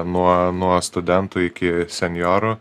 nuo nuo studentų iki senjorų